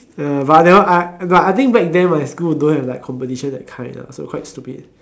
uh but I never I but I think back then school don't have like competition that kind lah so quite stupid